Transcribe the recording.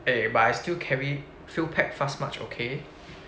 eh but I still carry field pack fast march okay